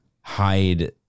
hide